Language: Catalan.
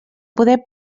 poder